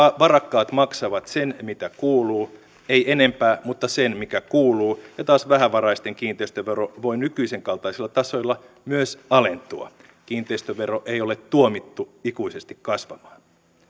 varakkaat maksavat sen mitä kuuluu ei enempää mutta sen mikä kuuluu ja taas vähävaraisten kiinteistövero voi nykyisenkaltaisilla tasoilla myös alentua kiinteistövero ei ole tuomittu ikuisesti kasvamaan